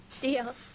Deal